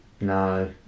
no